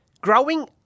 Growing